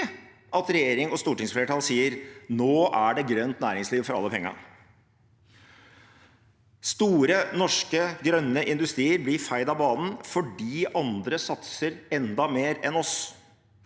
at regjeringen og stortingsflertallet sier: Nå er det grønt næringsliv for alle penga. Store, norske grønne industrier blir feid av banen fordi andre satser enda mer enn oss.